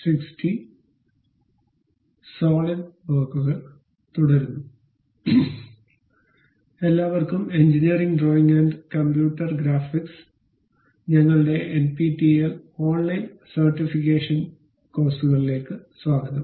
solid വർക്കുകൾ തുടരുന്നുഎൻപിടെൽ എല്ലാവർക്കും engineering drawing and computer graphics ഞങ്ങളുടെ N P T E L online certification കോഴ്സുകൾ സ്വാഗതം